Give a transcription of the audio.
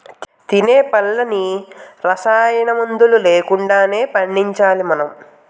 తినే పళ్ళన్నీ రసాయనమందులు లేకుండానే పండించాలి మనం